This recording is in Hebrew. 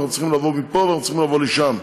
אנחנו צריכים לבוא מפה ואנחנו צריכים לבוא משם.